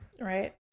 Right